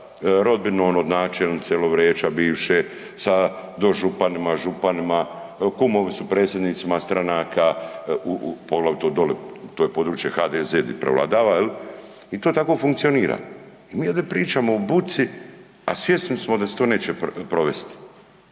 rodbinom od načelnice Lovreća bivše, sa dožupanima, županima, kumovi su predsjednicima stranaka, poglavito doli to je područje HDZ di prevladava, je li? I to tako funkcionira. Mi ovdje pričamo o buci, a svjesni smo da se to neće provesti.